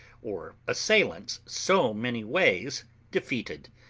or assailants so many ways defeated.